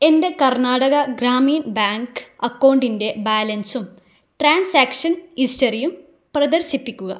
എൻ്റെ കർണാടക ഗ്രാമീൺ ബാങ്ക് അക്കൗണ്ടിൻ്റെ ബാലൻസും ട്രാൻസാക്ഷൻ ഹിസ്റ്ററിയും പ്രദർശിപ്പിക്കുക